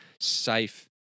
safe